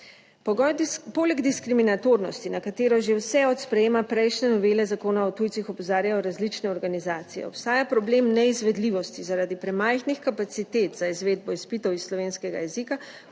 Poleg diskriminatornosti, na katero že vse od sprejetja prejšnje novele Zakona o tujcih opozarjajo različne organizacije. Obstaja problem neizvedljivosti zaradi premajhnih kapacitet za izvedbo izpitov iz slovenskega jezika